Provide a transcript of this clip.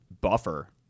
buffer